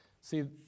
See